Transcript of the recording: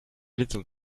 little